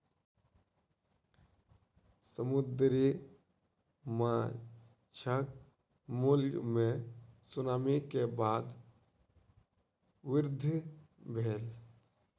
समुद्री माँछक मूल्य मे सुनामी के बाद वृद्धि भेल